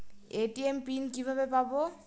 ATM PIN কিভাবে পাবো?